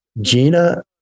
gina